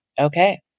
okay